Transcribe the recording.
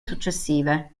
successive